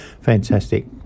fantastic